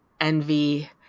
envy